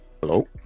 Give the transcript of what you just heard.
Hello